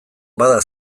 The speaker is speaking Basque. bada